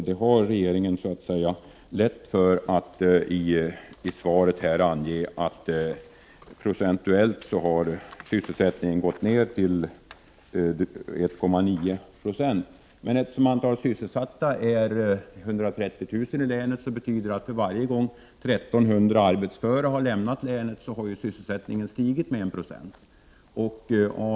Det är alltså lätt för arbetsmarknadsministern att i svaret ange att arbetslöshetssiffrorna har gått ned till 1,9 96. Antalet sysselsatta i länet är 130 000, och för varje gång 1 300 arbetsföra personer lämnat länet har antalet sysselsatta stigit med 1 20.